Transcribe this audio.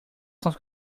cent